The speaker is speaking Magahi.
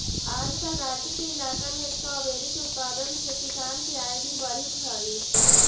आजकल राँची के इलाका में स्ट्राबेरी के उत्पादन से किसान के आय भी बढ़ित हइ